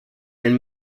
nel